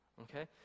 okay